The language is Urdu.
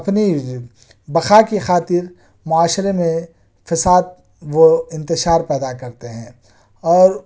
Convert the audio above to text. اپنی بقاء کی خاطر معاشرے میں فساد و انتشار پیدا کرتے ہیں اور